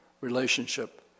relationship